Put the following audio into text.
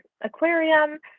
aquarium